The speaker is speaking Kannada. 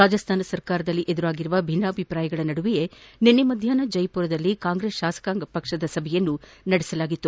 ರಾಜಸ್ತಾನ ಸರ್ಕಾರದಲ್ಲಿ ಉಂಟಾಗಿರುವ ಭಿನ್ನಾಭಿಪ್ರಾಯಗಳ ನಡುವೆಯೇ ನಿನ್ನೆ ಮಧ್ಯಾಷ್ನ ಜೈಪುರದಲ್ಲಿ ಕಾಂಗ್ರೆಸ್ ಶಾಸಕಾಂಗ ಸಭೆ ನಡೆಸಲಾಗಿತ್ತು